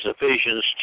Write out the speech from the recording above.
Ephesians